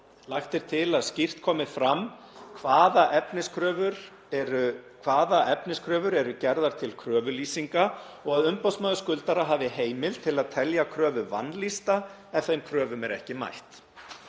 Lagt er til að skýrt komi fram hvaða efniskröfur eru gerðar til kröfulýsinga og að umboðsmaður skuldara hafi heimild til að telja kröfu vanlýsta ef þeim kröfum er ekki mætt.